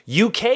UK